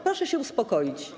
Proszę się uspokoić.